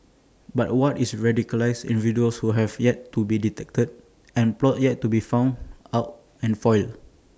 but what is radicalised individuals who have yet to be detected and plots yet to be found out and foiled